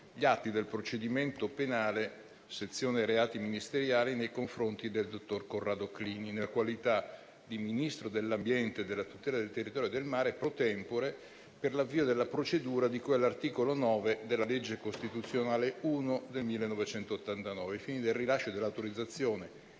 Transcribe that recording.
gli atti del procedimento penale, sezione reati ministeriali, nei confronti del dottor Corrado Clini, nella qualità di ministro dell'ambiente e della tutela del territorio e del mare *pro tempore*, per l'avvio della procedura di cui all'articolo 9 della legge costituzionale n. 1 del 1989, ai fini del rilascio dell'autorizzazione